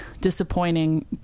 disappointing